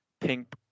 Pink